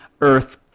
earth